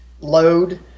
load